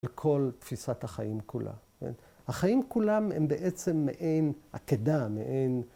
‫לכל תפיסת החיים כולה. ‫החיים כולם הם בעצם מעין עקדה, ‫מעין...